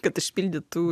kad išpildytų